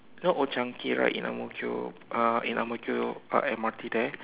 you know old chang-kee right in Ang-Mo-Kio uh in Ang-Mo-Kio uh M_R_T there